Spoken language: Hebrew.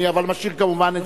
אבל אני משאיר את זה,